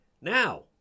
Now